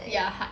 ya hard